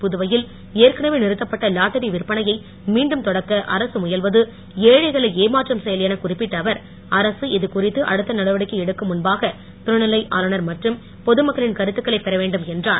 புதுவையில் ஏற்கனவே நிறுத்தப்பட்ட லாட்டரி விற்பனையை மீண்டும் தொடக்க அரசு முயல்வது ஏழைகளை ஏமாற்றும் செயல் எனக் குறிப்பிட்ட அவர் அரசு இதுகுறித்து அடுத்த நடவடிக்கை எடுக்கும் முன்பாக துணைநிலை ஆளுனர் மற்றும் பொது மக்களின் கருத்துக்களைப் பெறவேண்டும் என்றார்